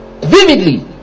vividly